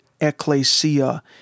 ecclesia